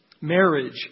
Marriage